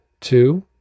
Two